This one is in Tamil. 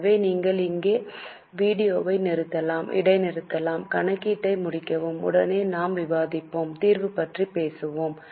எனவே நீங்கள் இங்கே வீடியோவை இடைநிறுத்தலாம் கணக்கீட்டை முடிக்கவும் உடனே நாம் விவாதிப்போம் தீர்வு பற்றி பேசுவோம்